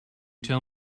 tell